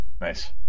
Nice